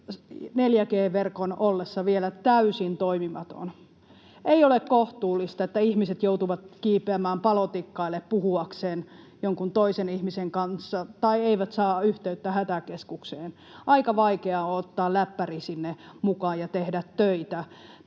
4G-verkon ollessa vielä täysin toimimaton. Ei ole kohtuullista, että ihmiset joutuvat kiipeämään palotikkaille puhuakseen jonkun toisen ihmisen kanssa tai eivät saa yhteyttä hätäkeskukseen. Aika vaikea on ottaa läppäri sinne mukaan ja tehdä töitä.